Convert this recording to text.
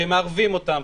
שמערבים אותם,